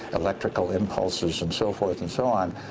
electrical impulses and so forth and so on.